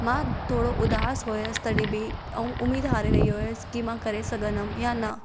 मां थोरो उदास हुयसि तॾहिं बि ऐं उमेदु हारे रही हुयसि की मां करे सघंदमि या न